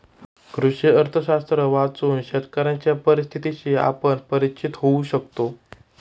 कृषी अर्थशास्त्र वाचून शेतकऱ्यांच्या परिस्थितीशी आपण परिचित होऊ शकतो